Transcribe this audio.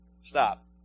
Stop